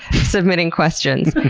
submitting questions?